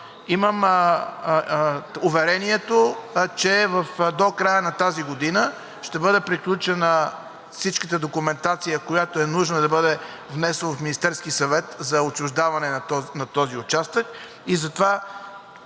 Имам уверението, че до края на тази година ще бъде приключена цялата документация, която е нужна за внасяне в Министерския съвет, за отчуждаване на този участък и затова